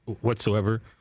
whatsoever